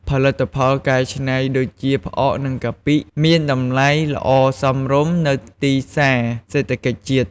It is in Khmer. ផលិតផលកែច្នៃដូចជា ផ្អក និងកាពិមានតំលៃល្អសមរម្យនៅទីផ្សាសេដ្ឋកិច្ចជាតិ។